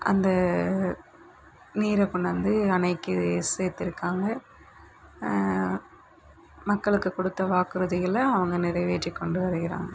அந்த நீரை கொண்டாந்து அணைக்குச் சேர்த்துருக்காங்க மக்களுக்குச் கொடுத்த வாக்குறுதிகளை அவங்க நிறைவேற்றிக் கொண்டு வருகிறாங்க